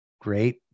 great